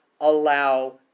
allow